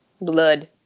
blood